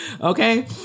Okay